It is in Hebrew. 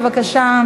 בבקשה,